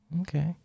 Okay